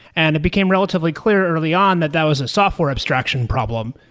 and it became relatively clear early on that that was a software abstraction problem,